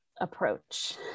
approach